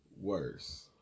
worse